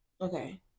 okay